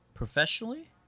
Professionally